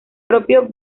propio